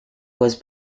was